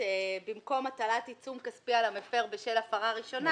במקום הטלת עיצום כספי על המפר בשל הפרה ראשונה,